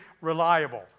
reliable